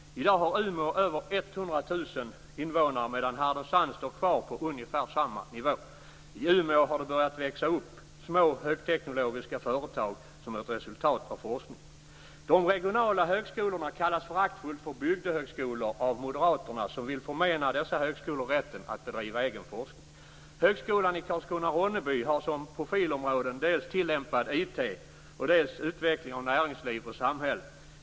I dag har Umeå över 100 000 invånare, medan Härnösand står kvar på samma nivå. I Umeå har det börjat växa upp små högteknologiska företag som ett resultat av forskningen. De regionala högskolorna kallas föraktfullt för "bygdehögskolor" av moderaterna, som vill förmena dessa högskolor rätten att bedriva forskning. Högskolan i Karlskrona/Ronneby har som profilområden dels tillämpad IT, dels utveckling av näringsliv och samhälle.